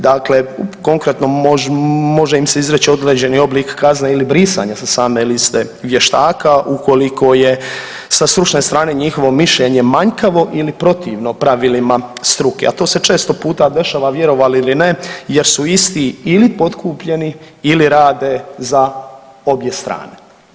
Dakle, konkretno može im se izreći određeni oblik kazne ili brisanja sa same liste vještaka ukoliko je sa stručne strane njihovo mišljenje manjkavo ili protivno pravilima struke, a to se često puta dešava vjerovali ili ne jer su isti ili potkupljeni ili rade za obje strane.